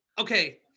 Okay